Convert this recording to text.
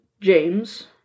James